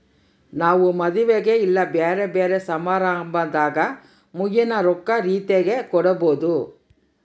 ನಾವು ಮದುವೆಗ ಇಲ್ಲ ಬ್ಯೆರೆ ಬ್ಯೆರೆ ಸಮಾರಂಭದಾಗ ಮುಯ್ಯಿನ ರೊಕ್ಕ ರೀತೆಗ ಕೊಡಬೊದು